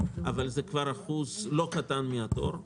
אבל זה כבר אחוז לא קטן מן התור,